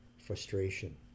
frustration